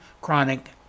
chronic